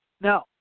No